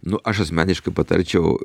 nu aš asmeniškai patarčiau